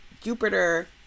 Jupiter